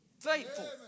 faithful